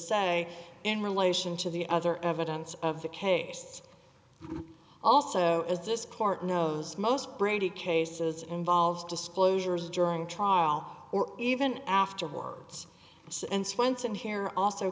say in relation to the other evidence of the case also as this part knows most brady cases involves disclosures during trial or even afterwards so and swensen here also